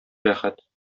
рәхәт